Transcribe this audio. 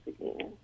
again